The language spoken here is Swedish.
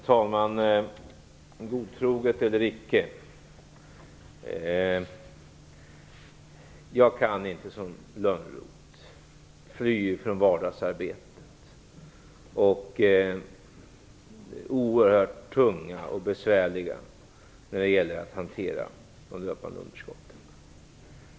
Herr talman! Godtroget eller icke - jag kan inte, som Lönnroth, fly från vardagsarbetet och det oerhört tunga och besvärliga när det gäller att hantera de löpande underskotten.